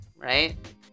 right